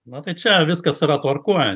na tai čia viskas yra tvarkoj